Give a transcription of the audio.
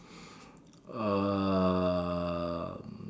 uh